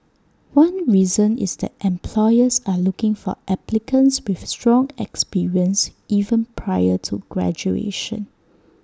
one reason is that employers are looking for applicants with strong experience even prior to graduation